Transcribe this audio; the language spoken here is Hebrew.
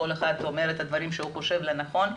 כל אחד אומר את הדברים שהוא חושב לנכון,